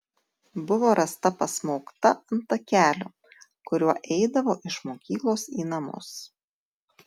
buvo rasta pasmaugta ant takelio kuriuo eidavo iš mokyklos į namus